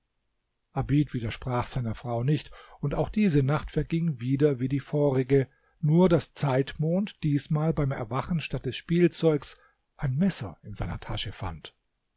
abid widersprach seiner frau nicht und auch diese nacht verging wieder wie die vorige nur daß zeitmond diesmal beim erwachen statt des spielzeugs ein messer in seiner tasche fand